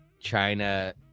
China